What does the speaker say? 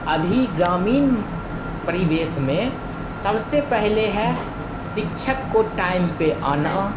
अभी ग्रामीण परिवेश में सबसे पहले है शिक्षक को टाइम पे आना